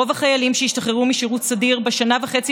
רוב החיילים שהשתחררו משירות סדיר בשנה וחצי